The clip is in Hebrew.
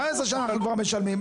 אנחנו כבר משלמים.